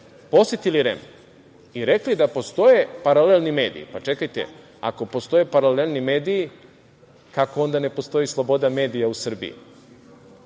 posetili REM i rekli da postoje paralelni mediji. Pa, čekajte, ako postoje paralelni mediji, kako onda ne postoji sloboda medija u Srbiji